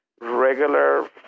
regular